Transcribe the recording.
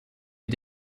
ihr